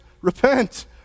repent